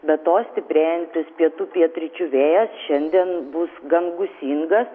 be to stiprėjantis pietų pietryčių vėjas šiandien bus gan gūsingas